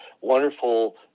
wonderful